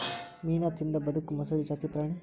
ಮೇನಾ ತಿಂದ ಬದಕು ಮೊಸಳಿ ಜಾತಿ ಪ್ರಾಣಿ